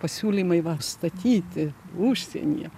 pasiūlymai va statyti užsienyje